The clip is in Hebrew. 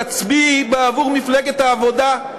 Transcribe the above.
תצביעי בעבור מפלגת העבודה.